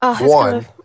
One